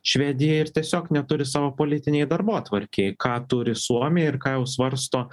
švedija ir tiesiog neturi savo politinėj darbotvarkėj ką turi suomija ir ką jau svarsto